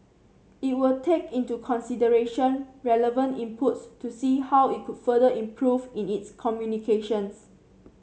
it will take into consideration relevant inputs to see how it could further improve in its communications